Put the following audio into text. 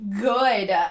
good